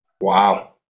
Wow